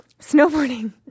Snowboarding